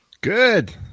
Good